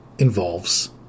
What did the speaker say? Involves